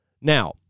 Now